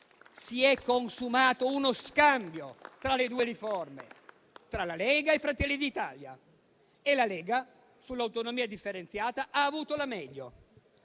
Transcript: Si è consumato uno scambio tra le due riforme, tra la Lega e Fratelli d'Italia - e la prima, sull'autonomia differenziata, ha avuto la meglio